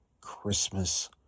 Christmas